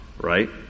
right